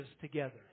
together